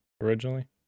originally